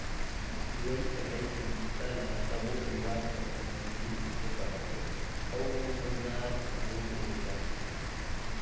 लुवई कटई के बूता ल सबो परिवार भर के मइनसे मिलके करथे अउ बनियार घलो लेजथें